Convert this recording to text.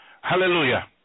Hallelujah